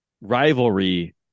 rivalry